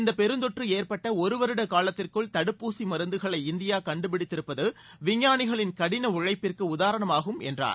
இந்த பெருந்தொற்று ஏற்பட்ட ஒரு வருட காலத்திற்குள் தடுப்பூசி மருந்துகளை இந்தியா கண்டுபிடித்திருப்பது விஞ்ஞானிகளின் கடின உழைப்பிற்கு உதாரணமாகும் என்றார்